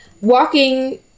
Walking